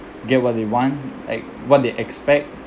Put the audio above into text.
get what they want like what they expect